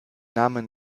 namen